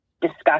discuss